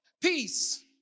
peace